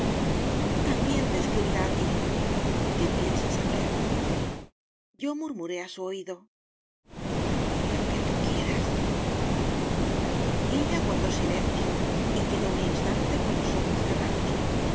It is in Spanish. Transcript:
también te escribirá á tí qué pien sas hacer yo murmuré á su oído lo que tú quieras ella guardó silencio y quedó un instante con los ojos cerrados